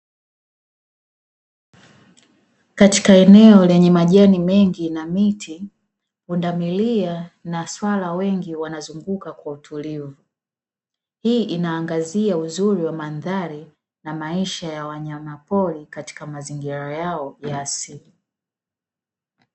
Katika eneo lenye majani mengi na miti udhamilia na suala wengi wanazunguka kwa utulivu, inaangazia uzuri wa mandhari na maisha ya wanyamapori katika mazingira yao ya asili.